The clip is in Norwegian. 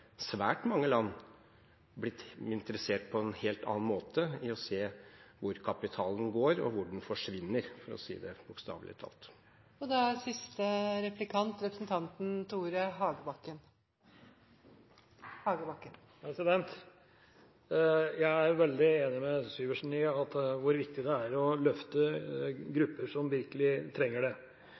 svært mange land blitt interessert på en helt annen måte i å se hvor kapitalen går og hvor den forsvinner, for å si det bokstavelig. Jeg er veldig enig med representanten Syversen i hvor viktig det er å løfte grupper som virkelig trenger det.